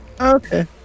Okay